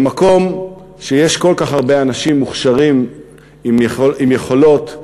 במקום שיש כל כך הרבה אנשים מוכשרים עם יכולות,